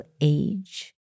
Age